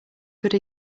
could